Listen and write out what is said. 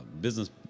business